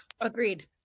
Agreed